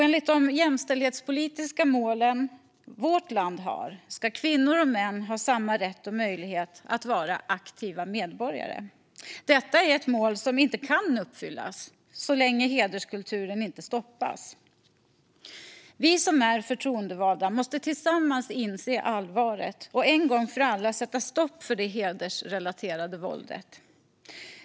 Enligt de jämställdhetspolitiska mål som vårt land har ska kvinnor och män ha samma rätt och möjlighet att vara aktiva medborgare. Detta är ett mål som inte kan uppfyllas så länge hederskulturen inte stoppas. Vi som är förtroendevalda måste tillsammans inse allvaret och en gång för alla sätta stopp för det hedersrelaterade våldet.